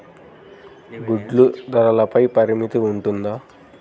గుడ్లు ధరల పై పరిమితి ఉంటుందా?